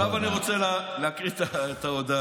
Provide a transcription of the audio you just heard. עכשיו אני רוצה להקריא את ההודעה.